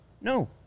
No